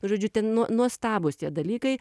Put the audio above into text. žodžiu ten nuo nuostabūs tie dalykai